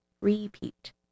Repeat